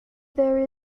there